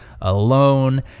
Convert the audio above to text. alone